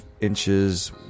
inches